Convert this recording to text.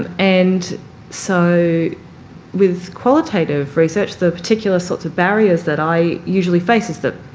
and and so with qualitative research, the particular sorts of barriers that i usually face is that